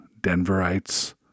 Denverites